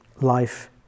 life